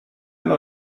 know